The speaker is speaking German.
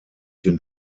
den